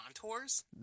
contours